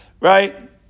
Right